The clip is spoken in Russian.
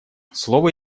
слово